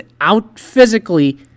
out-physically